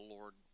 Lord